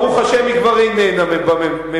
ברוך השם היא כבר איננה ממשלה,